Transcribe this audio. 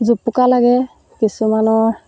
জুপুকা লাগে কিছুমানৰ